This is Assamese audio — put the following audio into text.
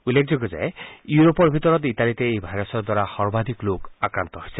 উল্লেখযোগ্য যে ইউৰোপৰ ভিতৰত ইটালিতে এই ভাইৰাছৰ দ্বাৰা সৰ্বাধিক লোক আক্ৰান্ত হৈছে